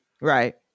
Right